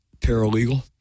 Paralegal